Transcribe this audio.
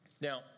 Now